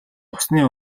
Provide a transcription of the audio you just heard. усны